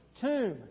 Tomb